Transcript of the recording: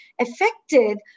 affected